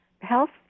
health